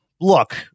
Look